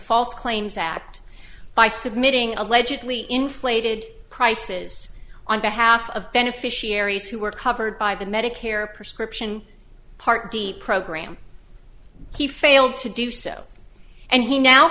false claims act by submitting allegedly inflated prices on behalf of beneficiaries who were covered by the medicare prescription part d program he failed to do so and he now